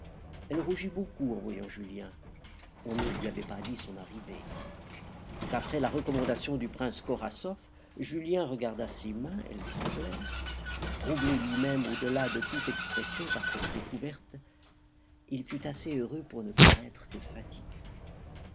elle rougit beaucoup en voyant julien on ne lui avait pas dit son arrivée d'après la recommandation du prince korasoff julien regarda ses mains elles tremblaient troublé lui-même au-delà de toute expression par cette découverte il fut assez heureux pour ne paraître que fatigué